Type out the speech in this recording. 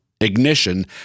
ignition